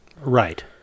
right